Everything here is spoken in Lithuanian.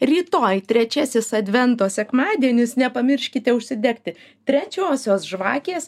rytoj trečiasis advento sekmadienis nepamirškite užsidegti trečiosios žvakės